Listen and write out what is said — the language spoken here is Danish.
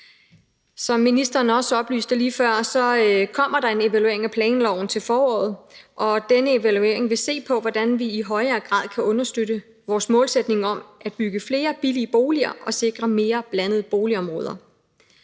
Som ministeren også oplyste lige før, kommer der en evaluering af planloven til foråret, og denne evaluering vil se på, hvordan vi i højere grad kan understøtte vores målsætning om at bygge flere billige boliger og sikre mere blandede boligområder.